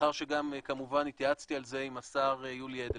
לאחר שגם כמובן התייעצתי על זה עם השר יולי אדלשטיין.